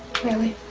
really?